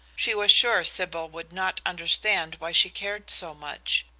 she was sure sybil would not understand why she cared so much,